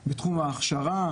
ההכשרה,